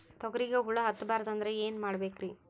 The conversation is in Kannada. ತೊಗರಿಗ ಹುಳ ಹತ್ತಬಾರದು ಅಂದ್ರ ಏನ್ ಮಾಡಬೇಕ್ರಿ?